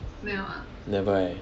never eh